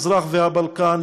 המזרח והבלקן,